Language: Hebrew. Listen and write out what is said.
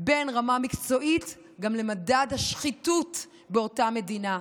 בין רמה מקצועית למדד השחיתות באותה מדינה.